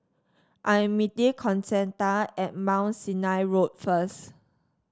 I am meeting Concetta at Mount Sinai Road first